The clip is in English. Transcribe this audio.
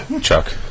Chuck